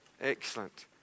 excellent